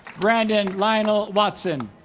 brandon lional watson